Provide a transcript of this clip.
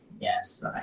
Yes